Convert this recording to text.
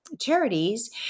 charities